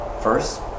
first